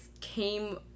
came